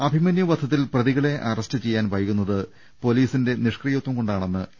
അഭിമന്യു വധത്തിൽ പ്രതികളെ അറസ്റ്റ് ചെയ്യാൻ വൈകുന്നത് പൊലീസിന്റെ നിഷ്ക്രിയത്വംകൊണ്ടാ ണെന്ന് എ